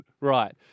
Right